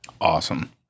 Awesome